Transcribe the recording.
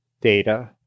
data